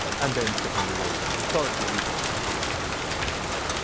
and then sir henry raeburn. historically, these are the three the three great artists.